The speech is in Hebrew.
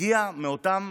הגיע מאותן